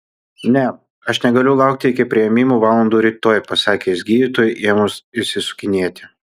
ne aš negaliu laukti iki priėmimo valandų rytoj pasakė jis gydytojui ėmus išsisukinėti